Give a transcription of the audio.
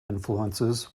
influences